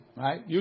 right